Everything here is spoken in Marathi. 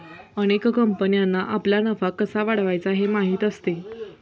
अनेक कंपन्यांना आपला नफा कसा वाढवायचा हे माहीत असते